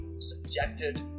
Subjected